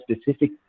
specific